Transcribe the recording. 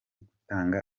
gutangira